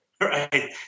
Right